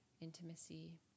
intimacy